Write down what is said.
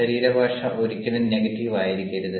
ശരീരഭാഷ ഒരിക്കലും നെഗറ്റീവ് ആയിരിക്കരുത്